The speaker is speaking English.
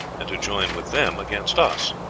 and to join with them against us.